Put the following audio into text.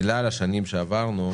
בגלל השנים שעברנו,